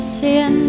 sin